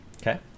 Okay